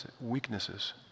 weaknesses